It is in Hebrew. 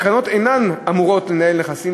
הקרנות אינן אמורות לנהל נכסים,